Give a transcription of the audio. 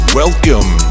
welcome